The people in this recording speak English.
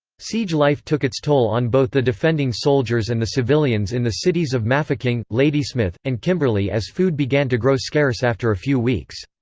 siege life took its toll on both the defending soldiers and the civilians in the cities of mafeking, ladysmith, and kimberley as food began to grow scarce after a few weeks.